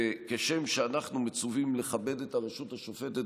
כשם שאנחנו מצווים לכבד את הרשות השופטת